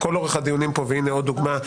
והינה עוד דוגמה,